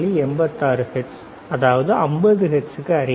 86 hertz அதாவது 50 ஹெர்ட்ஸுக்கு அருகில்